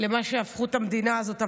למה הפכו את המדינה הזאת,